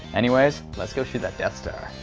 anyways, lets go shoot that death star.